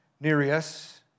Nereus